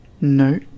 No